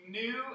new